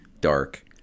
dark